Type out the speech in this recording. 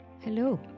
Hello